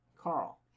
Carl